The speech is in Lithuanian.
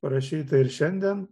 parašyta ir šiandien